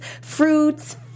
fruits